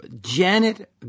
Janet